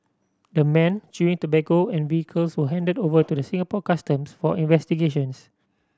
the men chewing tobacco and vehicles were handed over to the Singapore Customs for investigations